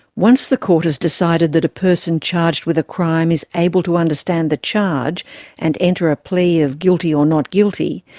once the court has decided that a person charged with a crime is able to understand the charge and enter a plea of guilty or not guilty,